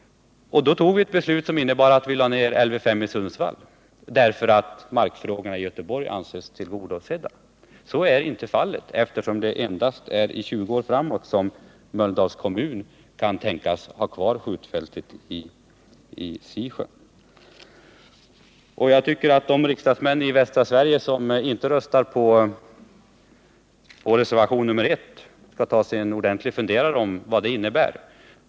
Vi tog ett beslut som betydde att vi lade ner Lv 5 i Sundsvall, eftersom markfrågorna i Göteborg ansågs vara tillgodosedda. Så var inte fallet, eftersom det endast är i 20 år framåt som Mölndals kommun kan tänkas ha kvar skjutfältet vid Sisjön. Jag tycker att de riksdagsmän i västra Sverige som inte röstar på vår reservation nr 1 skall ta sig en ordentlig funderare på vad det innebär.